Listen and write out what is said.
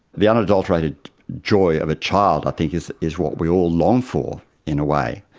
the unadulterated joy of a child i think is is what we all long for, in a way,